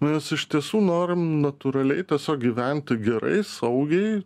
nu nes iš tiesų norim natūraliai tiesiog gyventi gerai saugiai